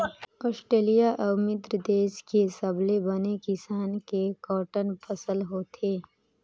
Australia अउ मिस्र देस में सबले बने किसम के कॉटन फसल होथे